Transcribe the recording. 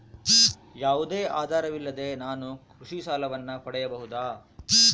ಯಾವುದೇ ಆಧಾರವಿಲ್ಲದೆ ನಾನು ಕೃಷಿ ಸಾಲವನ್ನು ಪಡೆಯಬಹುದಾ?